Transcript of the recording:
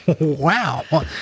Wow